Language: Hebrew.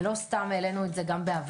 ולא סתם העלינו את זה גם בעבר